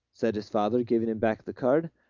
said his father, giving him back the card.